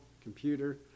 computer